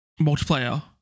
multiplayer